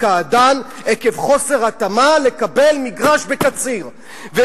קעדאן לקבל מגרש בקציר עקב חוסר התאמה.